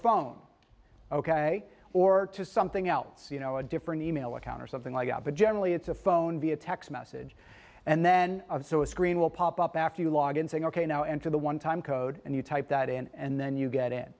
phone ok or to something else you know a different e mail account or something like that but generally it's a phone via text message and then of so a screen will pop up after you log in saying ok now enter the one time code and you type that and then you get i